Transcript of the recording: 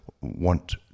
want